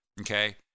Okay